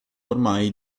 ormai